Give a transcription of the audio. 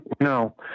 No